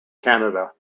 canada